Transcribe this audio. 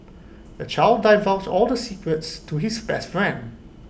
the child divulged all the secrets to his best friend